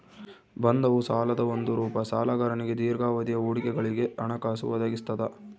ಬಂಧವು ಸಾಲದ ಒಂದು ರೂಪ ಸಾಲಗಾರನಿಗೆ ದೀರ್ಘಾವಧಿಯ ಹೂಡಿಕೆಗಳಿಗೆ ಹಣಕಾಸು ಒದಗಿಸ್ತದ